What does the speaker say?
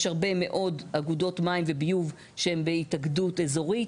יש הרבה מאוד אגודות מים וביוב שהם בהתאגדות אזורית,